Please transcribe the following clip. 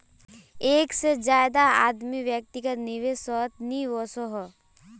एक से ज्यादा आदमी व्यक्तिगत निवेसोत नि वोसोह